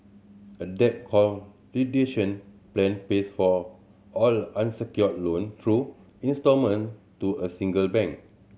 a debt plan pays for all unsecured loan through instalment to a single bank